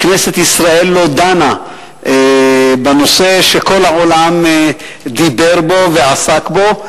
כנסת ישראל לא דנה בנושא שכל העולם דיבר בו ועסק בו.